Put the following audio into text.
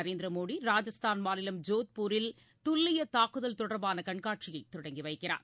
நரேந்திர மோடி ராஜஸ்தான் மாநிலம் ஜோத்பூரில் துல்லிய தாக்குதல் தொடர்பான கண்காட்சியை தொடங்கி வைக்கிறார்